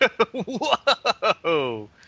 Whoa